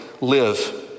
live